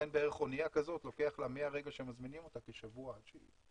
לכן לאנייה כזאת לוקח כשבוע מהרגע שמזמינים אותה עד שהיא